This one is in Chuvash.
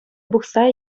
пухса